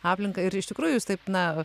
aplinką ir iš tikrųjų jūs taip na